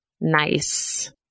nice